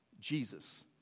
Jesus